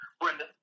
Brenda